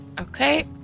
Okay